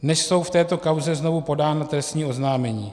Dnes jsou v této kauze znovu podána trestní oznámení.